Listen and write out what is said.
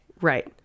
Right